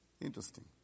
Interesting